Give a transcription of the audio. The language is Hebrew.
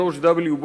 ג'ורג' וו.